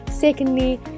Secondly